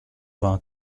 vingt